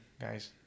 guys